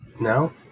no